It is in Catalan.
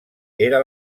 era